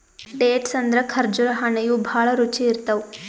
dates ಅಂದ್ರ ಖರ್ಜುರ್ ಹಣ್ಣ್ ಇವ್ ಭಾಳ್ ರುಚಿ ಇರ್ತವ್